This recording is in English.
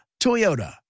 Toyota